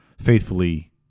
faithfully